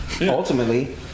ultimately